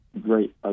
great